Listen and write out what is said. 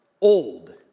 old